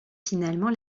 finalement